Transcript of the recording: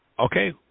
Okay